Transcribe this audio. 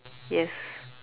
yes